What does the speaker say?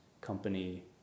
company